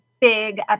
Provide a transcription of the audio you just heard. big